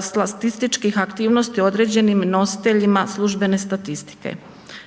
statističkih aktivnosti određenim nositeljima službene statistike.